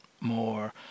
more